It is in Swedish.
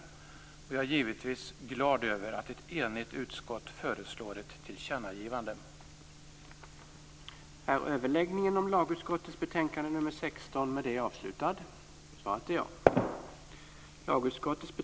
Jag är givetvis glad över att ett enigt utskott föreslår ett tillkännagivande.